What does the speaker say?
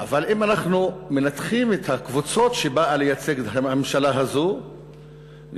אבל אם אנחנו מנתחים את הקבוצות שהממשלה הזאת באה לייצג,